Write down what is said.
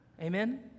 Amen